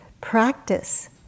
practice